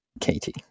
katie